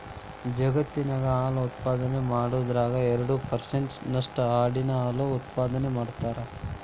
ಜಗತ್ತಿನ್ಯಾಗ ಹಾಲು ಉತ್ಪಾದನೆ ಮಾಡೋದ್ರಾಗ ಎರಡ್ ಪರ್ಸೆಂಟ್ ನಷ್ಟು ಆಡಿನ ಹಾಲು ಉತ್ಪಾದನೆ ಮಾಡ್ತಾರ